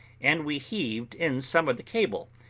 and we heaved in some of the cable,